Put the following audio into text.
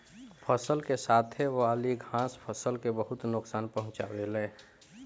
फसल के साथे वाली घास फसल के बहुत नोकसान पहुंचावे ले